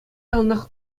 яланах